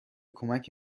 کمک